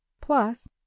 plus